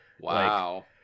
Wow